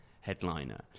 headliner